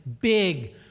big